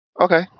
Okay